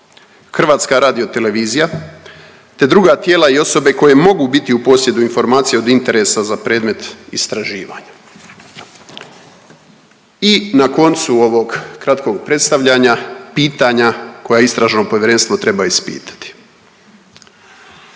Hrvatska radiotelevizija te druga tijela i osobe koje mogu biti u posjedu informacija od interesa za predmet istraživanja. I na koncu ovog kratkog predstavljanja, pitanja koja istražno povjerenstvo treba ispitati.